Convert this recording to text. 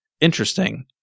Interesting